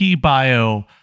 Bio